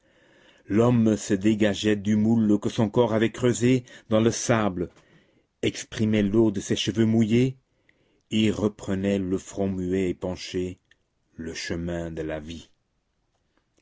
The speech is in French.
l'homme se dégageait du moule que son corps avait creusé dans le sable exprimait l'eau de ses cheveux mouillés et reprenait le front muet et penché le chemin de la vie